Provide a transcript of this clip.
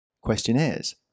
questionnaires